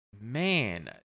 Man